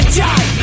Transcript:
die